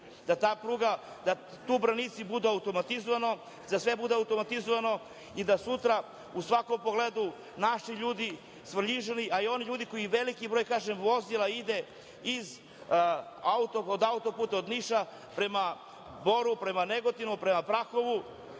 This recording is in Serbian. da ta pruga, da tu branici budu automatizovani, da sve bude automatizovano i da sutra u svakom pogledu naši ljudi, Svrljižani, a i oni ljudi, veliki broj, kažem, vozila ide od autoputa od Niša prema Boru, prema Negotinu, prema Prahovu,